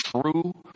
true